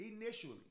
initially